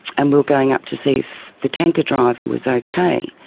and we were going up to see if the tanker driver was okay.